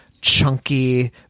chunky